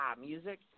music